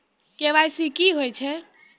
KYC की होय छै?